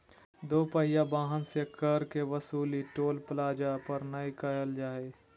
दो पहिया वाहन से कर के वसूली टोल प्लाजा पर नय कईल जा हइ